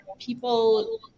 people